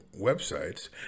websites